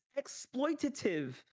exploitative